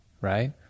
right